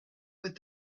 with